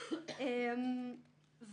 אענה,